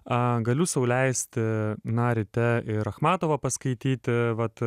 a galiu sau leisti na ryte ir achmatovą paskaityti vat